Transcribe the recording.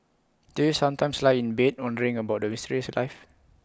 do you sometimes lie in bed wondering about the mysteries of life